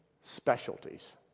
specialties